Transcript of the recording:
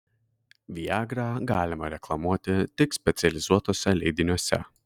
viagrą galima reklamuoti tik specializuotuose leidiniuose